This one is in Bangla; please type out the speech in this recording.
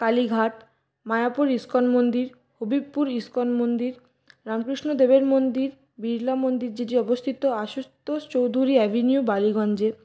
কালীঘাট মায়াপুর ইস্কন মন্দির হবিবপুর ইস্কন মন্দির রামকৃষ্ণ দেবের মন্দির বিড়লা মন্দির যেটি অবস্থিত আশুতোষ চৌধুরী অ্যাভিনিউ বালিগঞ্জে